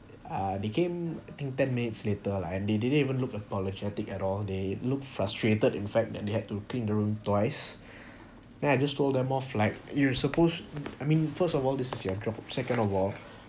uh they came I think ten minutes later lah and they didn't even look apologetic at all they look frustrated in fact that they have to clean the room twice then I just told them off like you're supposed I mean first of all this is your job second of all